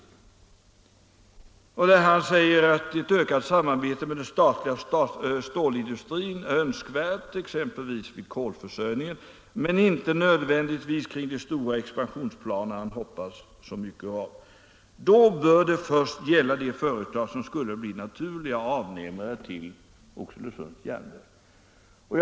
Han säger där — jag citerar fritt — att ett ökat samarbete med den statliga stålindustrin är önskvärt exempelvis vid kolförsörjningen, men inte nödvändigtvis kring de stora expansionsplaner han hoppas så mycket av. Då bör det först gälla de företag som skulle bli naturliga avnämare till Oxelösunds Järnverk.